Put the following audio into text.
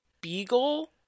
beagle